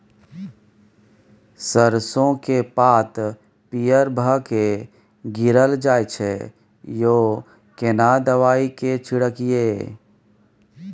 सरसो के पात पीयर भ के गीरल जाय छै यो केना दवाई के छिड़कीयई?